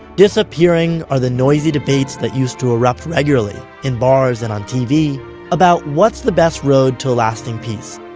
disappearing are the noisy debates that used to erupt regularly, in bars and on tv about what's the best road to a lasting peace.